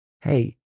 hey